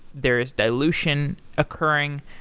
there is dilution occurring.